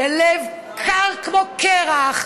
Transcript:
בלב קר כמו קרח,